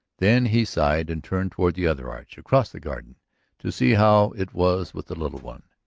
then he sighed and turned toward the other arch across the garden to see how it was with the little one,